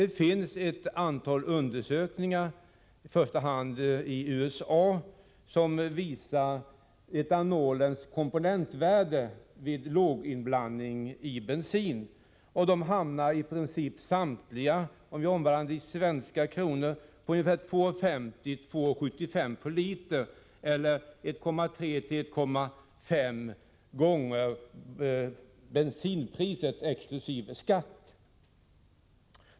Det finns ett antal undersökningar, i första hand från USA, som visar etanolens komponentvärde vid låginblandning i bensin, och de hamnar i princip samtliga — om jag omvandlar siffrorna i svenska kronor — på 2:50 — 2:75 kronor per liter eller 1,3 — 1,5 gånger bensinpriset exkl. skatt.